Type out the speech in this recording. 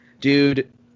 Dude